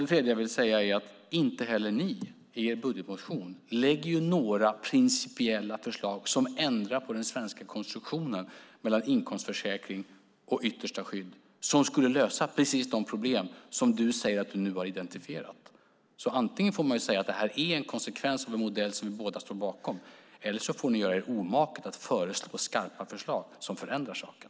Det tredje jag vill säga är att inte heller ni i er budgetmotion lägger fram några principiella förslag som ändrar på den svenska konstruktionen med inkomstförsäkring och yttersta skydd som skulle lösa de problem som du säger att du har identifierat. Antingen får man säga att detta är en konsekvens av en modell som vi båda står bakom eller så får ni göra er omaket att föreslå skarpa förslag som förändrar saken.